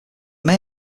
may